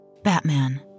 Batman